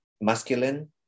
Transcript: masculine